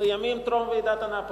בימים טרום ועידת אנאפוליס.